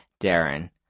Darren